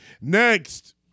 Next